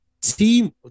team